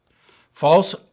False